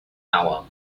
hour